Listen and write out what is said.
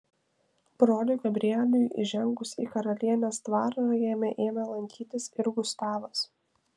broliui gabrieliui įžengus į karalienės dvarą jame ėmė lankytis ir gustavas